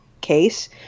case